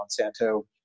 monsanto